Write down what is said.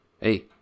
hey